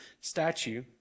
statue